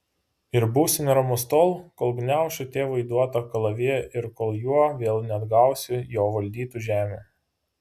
ir būsiu neramus tol kol gniaušiu tėvo įduotą kalaviją ir kol juo vėl neatgausiu jo valdytų žemių